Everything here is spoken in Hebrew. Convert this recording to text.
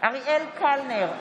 אריאל קלנר,